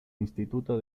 instituto